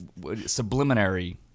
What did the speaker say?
subliminary